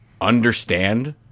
understand